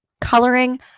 coloring